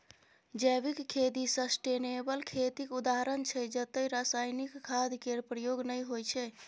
जैविक खेती सस्टेनेबल खेतीक उदाहरण छै जतय रासायनिक खाद केर प्रयोग नहि होइ छै